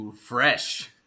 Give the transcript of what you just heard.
fresh